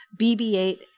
BB-8